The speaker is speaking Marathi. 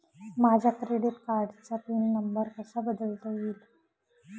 माझ्या क्रेडिट कार्डचा पिन नंबर कसा बदलता येईल?